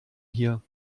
hier